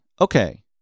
Okay